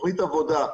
תוכנית עבודה,